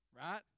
right